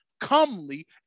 comely